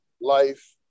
life